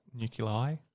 nuclei